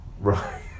right